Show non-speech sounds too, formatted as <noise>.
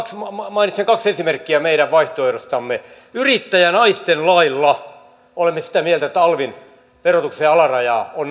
mainitsen kaksi esimerkkiä meidän vaihtoehdostamme yrittäjänaisten lailla olemme sitä mieltä että alvin verotuksen alarajaa on <unintelligible>